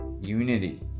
Unity